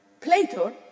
Plato